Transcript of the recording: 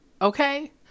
Okay